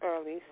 Early